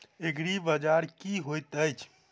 एग्रीबाजार की होइत अछि?